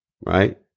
Right